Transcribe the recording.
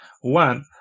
One